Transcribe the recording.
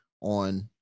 on